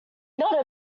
not